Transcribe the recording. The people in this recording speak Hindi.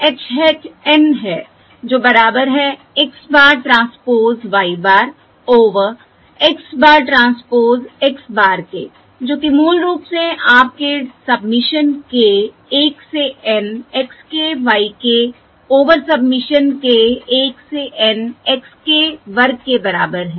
यह h hat N है जो बराबर है x bar transpose y bar over x bar transpose x bar के जो कि मूल रूप से आपके सबमिशन k 1 से N x k y k over submission k 1 से N x k वर्ग के बराबर है